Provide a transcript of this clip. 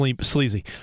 sleazy